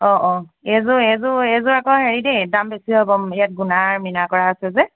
অঁ অঁ এইযোৰ এইযোৰ এইযোৰ আকৌ হেৰি দেই দাম বেছি হ'ব ইয়াত গুণাৰ আৰু মিনা কৰা আছে যে